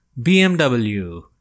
BMW